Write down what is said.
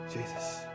Jesus